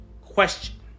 question